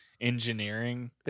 engineering